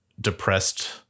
depressed